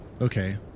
Okay